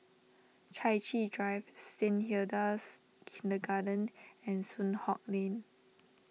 Chai Chee Drive Saint Hilda's Kindergarten and Soon Hock Lane